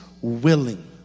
willing